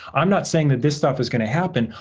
i'm not saying that this stuff is going to happen.